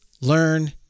learn